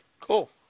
Cool